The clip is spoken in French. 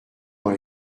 dans